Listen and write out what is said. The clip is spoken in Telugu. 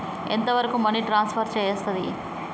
ఎంత వరకు మనీ ట్రాన్స్ఫర్ చేయస్తది?